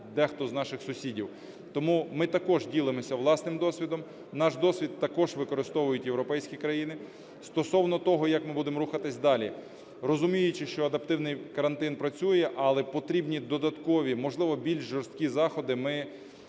дехто з наших сусідів. Тому ми також ділимось нашим досвідом. Наш досвід також використовують європейські країни. Стосовно того, як ми будемо рухатись далі. Розуміючи, що адаптивний карантин працює, але потрібні додаткові, можливо, більш жорсткі заходи, ми, звичайно, будемо